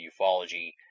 ufology